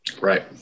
right